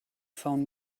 phone